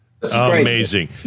Amazing